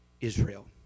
Israel